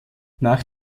nach